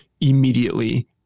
immediately